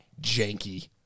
janky